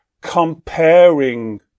comparing